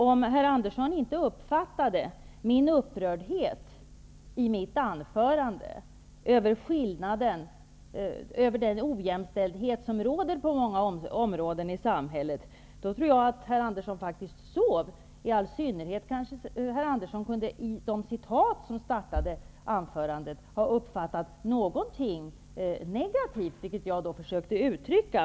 Om herr Andersson inte uppfattade upprördheten i mitt anförande över den ojämställdhet som råder på många områden i samhället, då tror jag att herr Andersson sov under mitt anförande. I synnerhet i de citat som inledde anförandet kunde herr Andersson ha uppfattat någonting.